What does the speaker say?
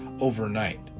overnight